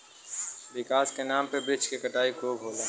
विकास के नाम पे वृक्ष के कटाई खूब होला